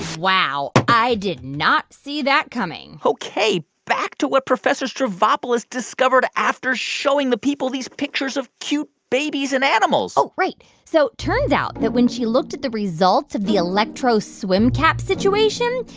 wow. i did not see that coming ok. back to what professor stavropoulos discovered after showing the people these pictures of cute babies and animals oh, right. so turns out that when she looked at the results of the electro swim cap situation,